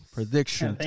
Prediction